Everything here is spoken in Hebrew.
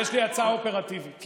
יש לי הצעה אופרטיבית,